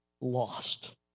lost